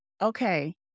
Okay